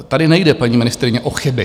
Tady nejde, paní ministryně, o chyby.